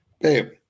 Babe